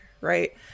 right